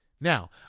Now